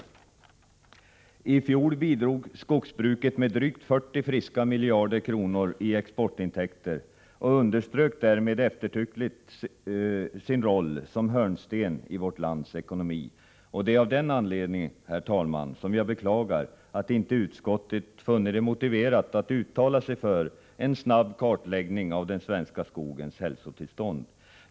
I fjol bidrog skogsbruket med drygt 40 friska miljarder i exportintäkter och underströk därmed eftertryckligt sin roll som hörnsten i vårt lands ekonomi. Det är av den anledningen, herr talman, som jag beklagar att utskottet inte har funnit det motiverat att uttala sig för en snabb kartläggning av den svenska skogens hälsotillstånd.